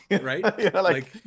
Right